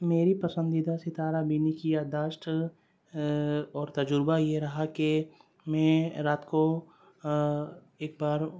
میری پسندیدہ ستارہ بینی کی یاداشت اور تجربہ یہ رہا کہ میں رات کو ایک بار